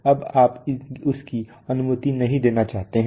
अब आप इसकी अनुमति नहीं देना चाहते हैं